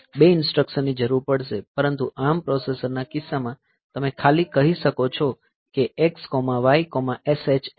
બે ઈન્સ્ટ્રકશનની જરૂર પડશે પરંતુ ARM પ્રોસેસર્સના કિસ્સામાં તમે ખાલી કહી શકો છો કે xySHL 2 ને એડ કરો